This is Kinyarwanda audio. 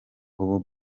ubu